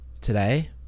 today